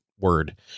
Word